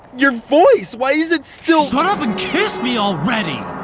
your voice! why is it still shut up and kiss me already!